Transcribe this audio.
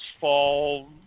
fall